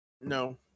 No